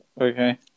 okay